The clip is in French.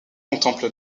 contemple